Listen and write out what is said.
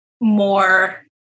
more